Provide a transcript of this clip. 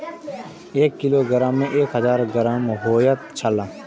एक किलोग्राम में एक हजार ग्राम होयत छला